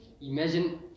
imagine